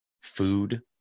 food